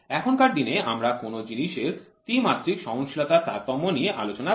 এখনকার দিনে আমরা কোন জিনিসের ত্রিমাত্রিক সহনশীলতার তারতম্য নিয়ে আলোচনা করি